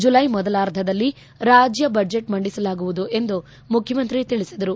July ಮೊದಲಾರ್ಧದಲ್ಲಿ ರಾಜ್ಯ budget ಮಂಡಿಸಲಾಗುವುದು ಎಂದು ಮುಖ್ಯಮಂತ್ರಿ ತಿಳಿಸಿದರು